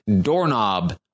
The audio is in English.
doorknob